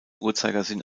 uhrzeigersinn